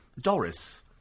Doris